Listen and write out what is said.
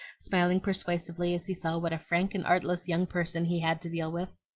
smiling persuasively as he saw what a frank and artless young person he had to deal with.